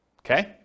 Okay